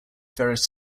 ferris